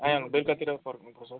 आइहाल्नु बेलुकातिर फर्किनुपर्छ